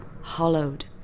hollowed